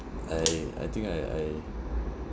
I I think I I